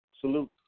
Salute